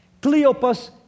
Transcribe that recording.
Cleopas